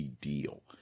deal